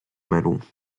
medal